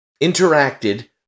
interacted